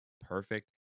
perfect